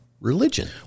religion